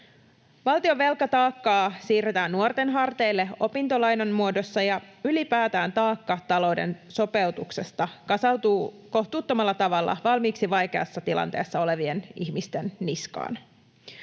Valtion velkataakkaa siirretään nuorten harteille opintolainan muodossa, ja ylipäätään taakka talouden sopeutuksesta kasautuu kohtuuttomalla tavalla valmiiksi vaikeassa tilanteessa olevien ihmisten niskaan.